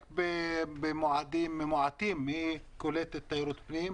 רק במועדים מועטים היא כוללת גם תיירות פנים.